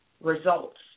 results